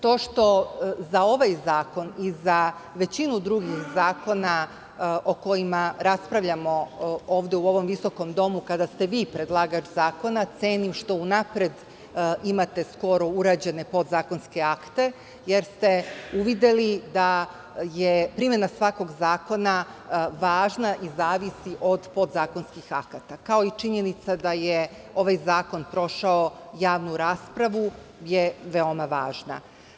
To što za ovaj zakon i za većinu drugih zakona o kojima raspravljamo ovde u ovom visokom domu, kada ste vi predlagač zakona, cenim što unapred imate skoro urađene podzakonske akte, jer ste uvideli da je primena svakog zakona važna i zavisi od podzakonskih akata, kao i činjenica da je ovaj zakon prošao javnu raspravu je veoma važna.